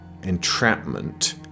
entrapment